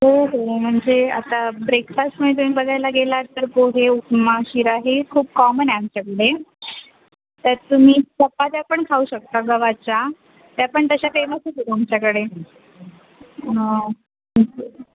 हो हो म्हणजे आता ब्रेकफासमध्ये तुम्ही बघायला गेलात तर पोहे उपमा शिरा हे खूप कॉमन आहे आमच्याकडे तर तुम्ही चपात्या पण खाऊ शकता गव्हाच्या त्या पण तशा फेमसच आहेत आमच्याकडे हां